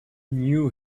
knew